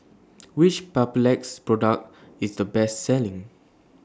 Which Papulex Product IS The Best Selling